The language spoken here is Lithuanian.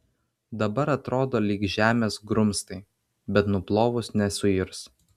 dabar atrodo lyg žemės grumstai bet nuplovus nesuirs